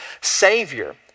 Savior